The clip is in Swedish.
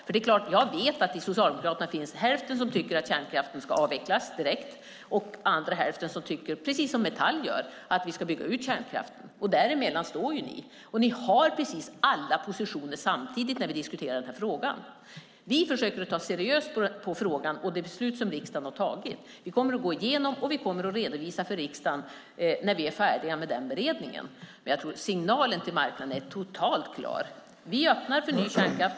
Jag vet att den ena hälften i Socialdemokraterna tycker att kärnkraften ska avvecklas direkt. Den andra hälften tycker, precis som Metall gör, att vi ska bygga ut kärnkraften. Däremellan står ni. Ni har precis alla positioner samtidigt när vi diskuterar den här frågan. Vi försöker ta seriöst på frågan och det beslut som riksdagen har fattat. Vi kommer att gå igenom det, och vi kommer att redovisa för riksdagen när vi är färdiga med den beredningen. Men jag tror att signalen till marknaden är totalt klar. Vi öppnar för ny kärnkraft.